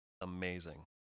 amazing